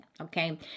Okay